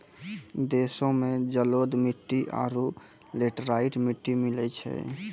देशो मे जलोढ़ मट्टी आरु लेटेराइट मट्टी मिलै छै